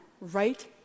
right